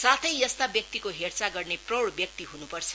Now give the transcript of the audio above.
साथै यस्ता व्यक्तिको हेरचाह गर्ने प्रौड़ व्यक्ति हुनुपर्छ